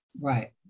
Right